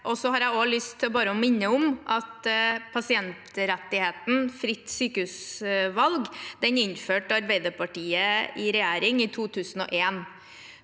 lyst til å minne om at pasientrettigheten fritt sykehusvalg ble innført av Arbeiderpartiet i regjering i 2001.